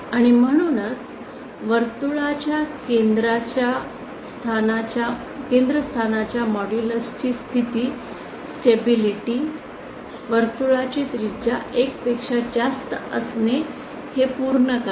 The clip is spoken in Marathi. आणि म्हणूनच वर्तुळाच्या केंद्र च्या स्थानाच्या मॉड्यूलस ची स्थिती स्टेबिलिटी वर्तुळाची त्रिज्या 1 पेक्षा जास्त असणे हे पूर्ण करते